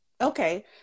Okay